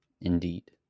Indeed